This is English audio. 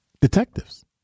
detectives